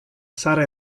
sara